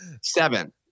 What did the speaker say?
Seven